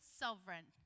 sovereign